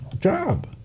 job